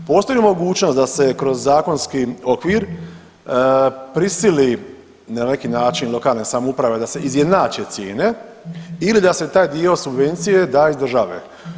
Postoji či mogućnost da se kroz zakonski okvir prisili na neki način lokalne samouprave da se izjednače cijene ili da se taj dio subvencije da iz države?